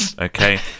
Okay